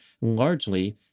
largely